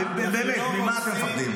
באמת ממה אתם מפחדים?